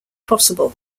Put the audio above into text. possible